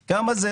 מיליון.